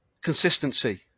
consistency